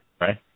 Right